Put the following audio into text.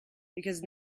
because